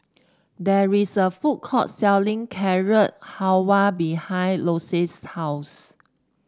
there is a food court selling Carrot Halwa behind Lacey's house